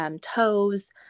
toes